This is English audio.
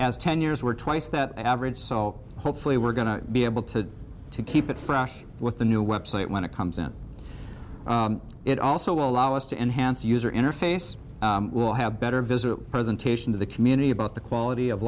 as ten years were twice that average salt hopefully we're going to be able to keep it fresh with the new website when it comes in it also allows us to enhance user interface will have better visit presentation to the community about the quality of